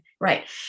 right